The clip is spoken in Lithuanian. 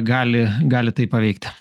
gali gali tai paveikti